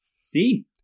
See